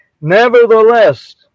Nevertheless